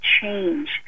change